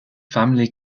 family